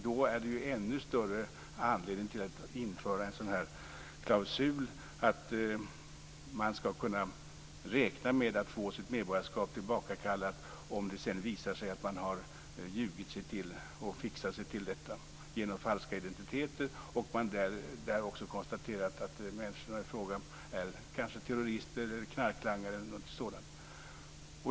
Då är det ännu större anledning till att införa en sådan klausul att man skall kunna räkna med att få sitt medborgarskap tillbakakallat om det senare visar sig att man har ljugit sig till och fixat sig till detta genom falska identiteter och att det är konstaterat att människorna i fråga är terrorister, knarklangare eller någonting sådant.